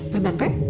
remember?